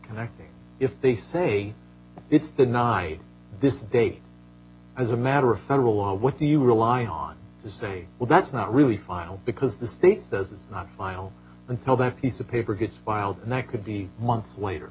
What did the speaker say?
connecting if they say it's the nie this date as a matter of federal law what do you rely on to say well that's not really final because the state does not know until that piece of paper gets filed and that could be months later